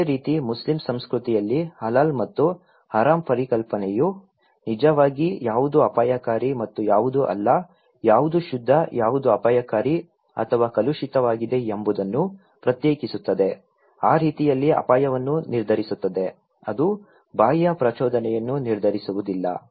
ಅದೇ ರೀತಿ ಮುಸ್ಲಿಂ ಸಂಸ್ಕೃತಿಯಲ್ಲಿ ಹಲಾಲ್ ಮತ್ತು ಹರಾಮ್ ಪರಿಕಲ್ಪನೆಯು ನಿಜವಾಗಿ ಯಾವುದು ಅಪಾಯಕಾರಿ ಮತ್ತು ಯಾವುದು ಅಲ್ಲ ಯಾವುದು ಶುದ್ಧ ಯಾವುದು ಅಪಾಯಕಾರಿ ಅಥವಾ ಕಲುಷಿತವಾಗಿದೆ ಎಂಬುದನ್ನು ಪ್ರತ್ಯೇಕಿಸುತ್ತದೆ ಆ ರೀತಿಯಲ್ಲಿ ಅಪಾಯವನ್ನು ನಿರ್ಧರಿಸುತ್ತದೆ ಅದು ಬಾಹ್ಯ ಪ್ರಚೋದನೆಯನ್ನು ನಿರ್ಧರಿಸುವುದಿಲ್ಲ